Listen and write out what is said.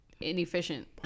inefficient